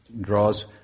draws